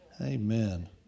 Amen